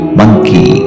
monkey